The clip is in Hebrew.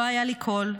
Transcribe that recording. לא היה לי קול,